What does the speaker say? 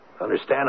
Understand